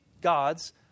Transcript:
god's